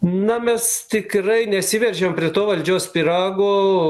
na mes tikrai nesiveržiam prie to valdžios pyrago